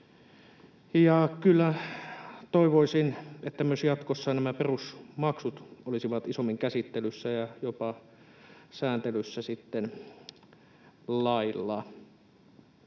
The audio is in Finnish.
Kyllä toivoisin, että jatkossa myös nämä perusmaksut olisivat isommin käsittelyssä ja jopa sääntelyssä sitten